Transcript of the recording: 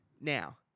Now